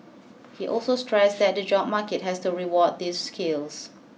he also stressed that the job market has to reward these skills